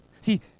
See